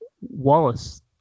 Wallace